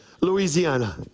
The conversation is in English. Louisiana